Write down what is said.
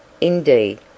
indeed